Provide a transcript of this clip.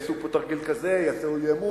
יעשו פה תרגיל כזה, יעשו אי-אמון,